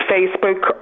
Facebook